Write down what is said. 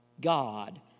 God